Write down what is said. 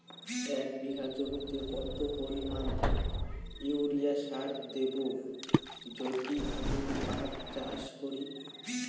এক বিঘা জমিতে কত পরিমান ইউরিয়া সার দেব যদি আমি পাট চাষ করি?